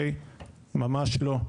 ממש לא,